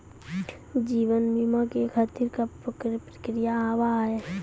जीवन बीमा के खातिर का का प्रक्रिया हाव हाय?